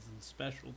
special